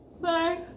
Bye